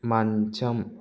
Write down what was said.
మంచం